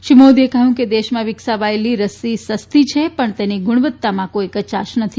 શ્રી મોદીએ કહ્યું કે દેશમાં વિકસાવાયેલી રસી સસ્તી છે પણ તેની ગુણવત્તામાં કોઇ કચાશ નથી